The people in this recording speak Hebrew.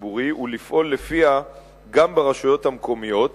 הציבורי ולפעול לפיה גם ברשויות המקומיות,